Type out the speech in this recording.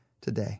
today